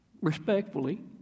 respectfully